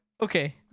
Okay